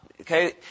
Okay